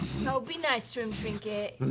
you know be nice to him, trinket!